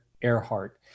Earhart